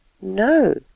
No